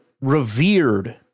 revered